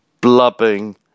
blubbing